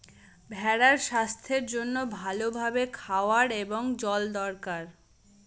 ভেড়ার স্বাস্থ্যের জন্য ভালো ভাবে খাওয়ার এবং জল দরকার